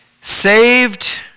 Saved